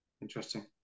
interesting